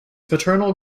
paternal